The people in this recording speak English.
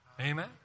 Amen